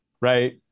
right